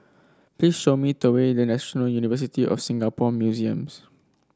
please show me the way the National University of Singapore Museums